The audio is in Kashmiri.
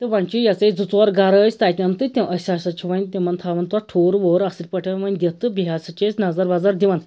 تہٕ وۅنۍ چھِ یہِ ہَسا یہِ زٕ ژور گَرٕ أسۍ تَتٮ۪ن تہٕ أسۍ ہَسا چھ وۅنۍ تمن تھاوان تتھ ٹھوٚر ووٚر اَصٕل پٲٹھٮ۪ن دِتھ تہٕ بیٚیہِ ہَسا چھِ أسۍ نَظَر وَظَر دِوان